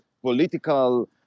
political